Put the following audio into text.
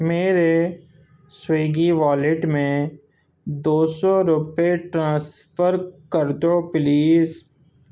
میرے سوئیگی والیٹ میں دو سو روپے ٹرانسفر کر دو پلیز